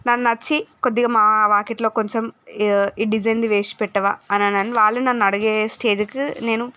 నన్నొచ్చి కొద్దిగా మా వాకిట్లో కొంచెం ఈ డిజైన్ది వేసి పెట్టవా అననని వాళ్లు నన్ను అడిగే స్టేజ్కి నేను